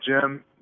Jim